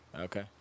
Okay